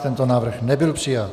Tento návrh nebyl přijat.